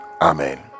amen